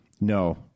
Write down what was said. No